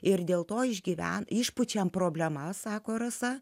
ir dėl to išgyventi išpučiame problemą sako rasa